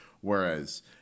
Whereas